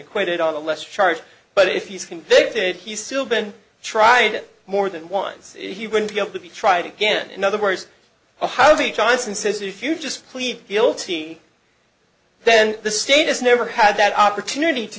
acquitted on a lesser charge but if he's convicted he's still been tried it more than once he would be able to be tried again in other words how the johnson says if you just plead guilty then the state has never had that opportunity to